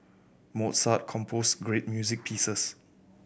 Mozart composed great music pieces